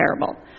terrible